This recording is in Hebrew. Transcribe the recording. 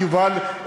יובל,